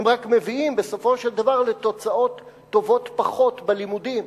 הם רק מביאים בסופו של דבר לתוצאות טובות פחות בלימודים.